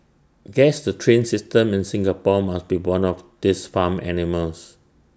guess the train system in Singapore must be one of these farm animals